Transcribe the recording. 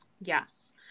yes